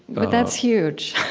but that's huge.